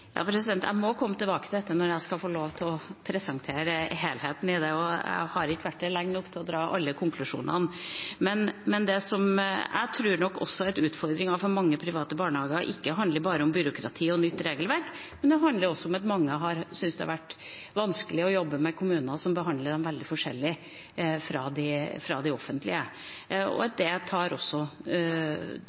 Jeg må få lov til å komme tilbake til dette når jeg skal presentere helheten i det. Jeg har ikke vært lenge nok til å dra alle konklusjonene. Jeg tror nok også at utfordringen for mange private barnehager ikke bare handler om byråkrati og nytt regelverk, det handler også om at mange syns det har vært vanskelig å jobbe med kommuner som behandler dem veldig forskjellig fra de offentlige. Det tar også gnisten fra mange gründere som har lyst til å være med og utvikle nye ting. Så jeg tror ikke det